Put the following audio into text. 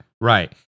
Right